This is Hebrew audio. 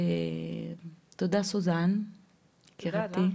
תודה, סוזן, יקירתי.